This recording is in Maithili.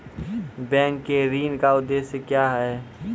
बैंक के ऋण का उद्देश्य क्या हैं?